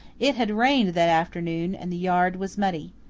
it had rained that afternoon and the yard was muddy.